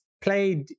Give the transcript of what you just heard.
played